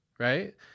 Right